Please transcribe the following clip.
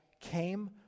came